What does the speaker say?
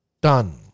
done